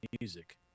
music